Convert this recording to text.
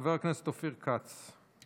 חבר הכנסת אופיר כץ.